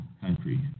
country